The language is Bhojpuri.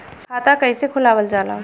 खाता कइसे खुलावल जाला?